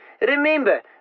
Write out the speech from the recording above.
remember